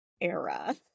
era